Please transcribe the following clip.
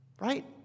Right